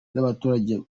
z’abaturage